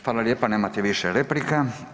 Hvala lijepa, nemate više replika.